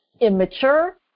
immature